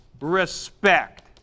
respect